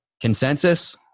consensus